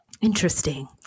Interesting